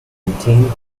obtained